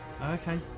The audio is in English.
okay